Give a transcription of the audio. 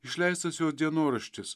išleistas jos dienoraštis